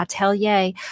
Atelier